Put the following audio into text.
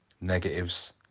Negatives